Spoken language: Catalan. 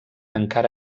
encara